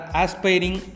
aspiring